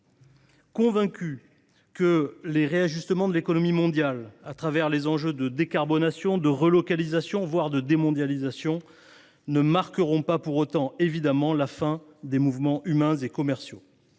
convaincus que les réajustements de l’économie mondiale, au travers des enjeux de décarbonation, de relocalisation, voire de démondialisation, ne marqueront pas pour autant la fin des mouvements humains et commerciaux.